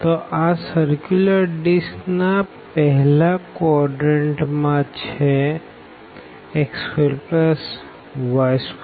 તો આ સર્ક્યુલર ડિસ્કના પેહલા ચતુર્થાંશ માં છેx2y2a2